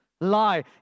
lie